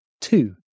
Two